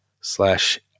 slash